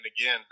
again –